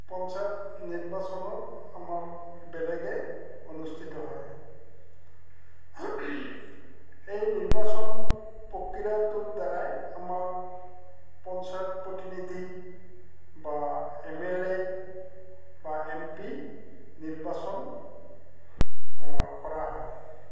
পঞ্চায়ত নিৰ্বাচনৰ আমাৰ বেলেগে অনুষ্ঠিত হয় এই নিৰ্বাচন প্ৰক্ৰিয়াটোৰ দ্বাৰাই আমাৰ পঞ্চায়ত প্ৰতিনিধি বা এম এল এ বা এম পি নিৰ্বাচন কৰা হয়